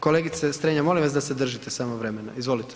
Kolegice Strenja, molim vas da se držite samo vremena, izvolite.